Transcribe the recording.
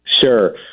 Sure